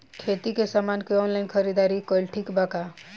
खेती के समान के ऑनलाइन खरीदारी कइल ठीक बा का?